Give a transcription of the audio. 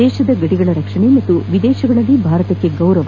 ದೇಶದ ಗಡಿಗಳ ರಕ್ಷಣೆ ಮತ್ತು ವಿದೇಶಗಳಲ್ಲಿ ಭಾರತಕ್ಕೆ ಗೌರವ